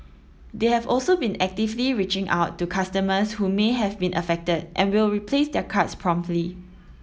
they have also been actively reaching out to customers who may have been affected and will replace their cards promptly